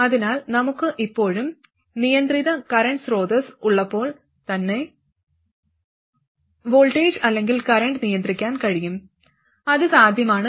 അതിനാൽ നമുക്ക് ഇപ്പോഴും നിയന്ത്രിത കറന്റ് സ്രോതസ്സ് ഉള്ളപ്പോൾ തന്നെ വോൾട്ടേജ് അല്ലെങ്കിൽ കറന്റ് നിയന്ത്രിക്കാൻ കഴിയും അത് സാധ്യമാണ്